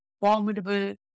formidable